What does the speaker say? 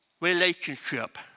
relationship